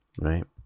right